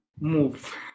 move